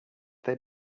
they